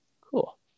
Cool